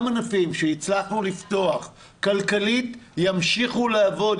ענפים שהצלחנו לפתוח כלכלית ימשיכו לעבוד,